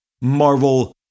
Marvel